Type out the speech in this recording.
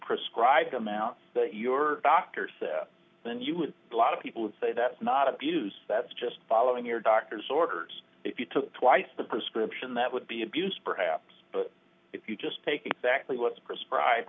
prescribed amount that your doctor said then you would a lot of people would say that's not abuse that's just following your doctor's orders if you took twice the prescription that would be abuse perhaps but if you just take exactly what's prescribe